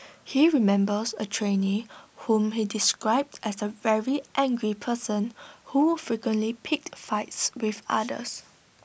he remembers A trainee whom he described as A very angry person who frequently picked fights with others